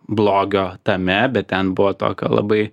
blogio tame bet ten buvo tokio labai